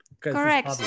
Correct